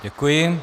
Děkuji.